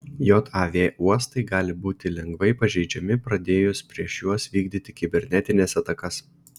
jav uostai gali būti lengvai pažeidžiami pradėjus prieš juos vykdyti kibernetines atakas